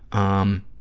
um,